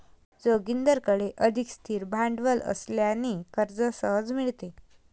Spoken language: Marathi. जोगिंदरकडे अधिक स्थिर भांडवल असल्याने कर्ज सहज मिळते